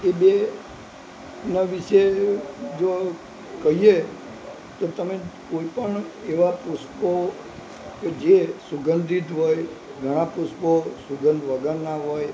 એ બેના વિશે જો કહીએ તો તમે કોઈપણ એવા પુષ્પો કે જે સુગંધિત હોય ઘણા પુષ્પો સુગંધ વગરના હોય